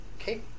Okay